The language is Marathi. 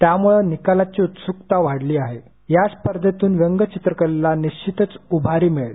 त्यामुळे निकालाची उत्सुकता वाढली आहे या स्पर्धेतून व्यंगचित्रकलेला निश्वितच उभारी मिळेल